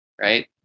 right